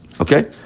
Okay